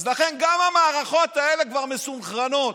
אז לכן, גם המערכות האלה כבר מסונכרנות.